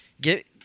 get